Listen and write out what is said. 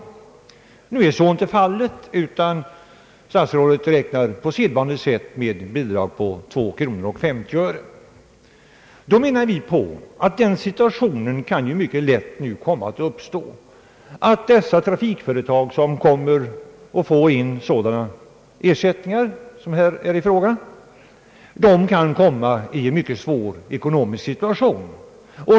Nu är så inte fallet, utan statsrådet räknar på sedvanligt sätt med en ersättning på 2 kronor och 50 öre. Då menar vi att de trafikföretag som kommer att få sådana ersättningar varom här är fråga kan komma i en mycket svår ekonomisk situation.